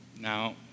now